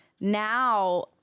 now